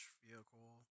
vehicle